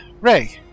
Ray